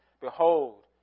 Behold